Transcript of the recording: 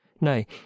nay